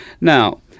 Now